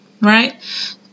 right